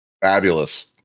Fabulous